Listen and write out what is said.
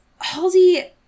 Halsey